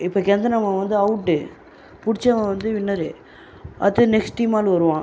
இப்போ கெந்துனவன் வந்து அவுட்டு பிடிச்சவன் வந்து வின்னரு அடுத்தது நெக்ஸ்ட் டீம் ஆள் வருவான்